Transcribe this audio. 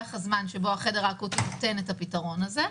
טווח הזמן שבו החדר האקוטי נותן את הפתרון הזה.